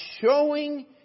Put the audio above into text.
showing